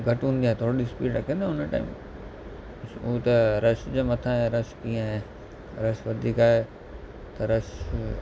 घटि हूंदी आहे त थोरी स्पीड रखंदा आहियूं उन टाइम हू त रश जे मथां आहे रश कीअं आहे रश वधीक आहे त रश